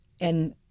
And-